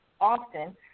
often